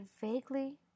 vaguely